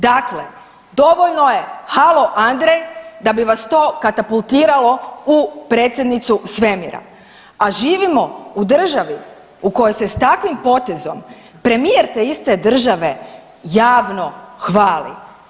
Dakle, dovoljno je halo Andrej da bi vas to katapultiralo u predsjednicu svemira, a živimo u državi u kojoj se s takvim potezom premijer te iste države javno hvali.